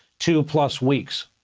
two plus weeks.